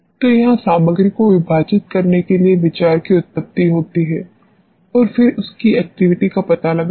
तो यहां सामग्री को विभाजित करने के लिए विचार की उत्पत्ति होती है और फिर इसकी एक्टिविटी का पता लगाते है